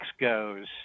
goes